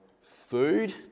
food